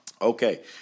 Okay